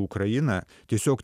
ukrainą tiesiog